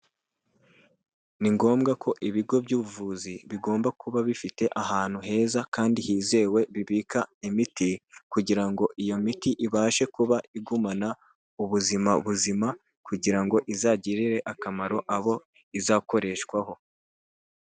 Ni ngombwa ko ibigo by'ubuvuzi bigomba kuba bifite ahantu heza kandi hizewe bibika imiti kugira ngo iyo miti ibashe kuba igumana ubuzima buzima kugira ngo izagirire akamaro abo izakoreshwaho.